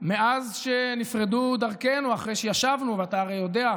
מאז שנפרדו דרכינו, אחרי שישבנו, ואתה הרי יודע,